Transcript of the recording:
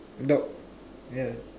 dog ya